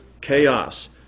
chaos